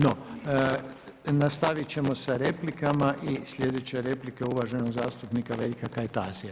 No, nastavit ćemo sa replikama i sljedeća replika je uvaženog zastupnika Veljka Kajtazija.